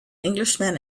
englishman